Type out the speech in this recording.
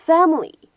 Family